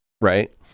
Right